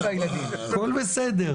הכול בסדר.